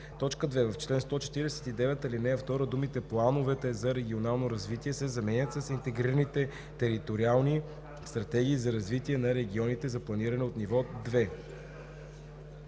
му“. 2. В чл. 149, ал. 2 думите „плановете за регионално развитие“ се заменят с „интегрираните териториални стратегии за развитие на регионите за планиране от ниво 2“.“